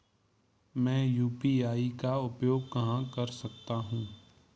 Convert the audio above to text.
मैं यू.पी.आई का उपयोग कहां कर सकता हूं?